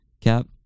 Cap